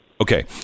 Okay